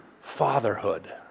fatherhood